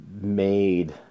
made